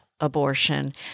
abortion